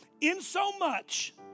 insomuch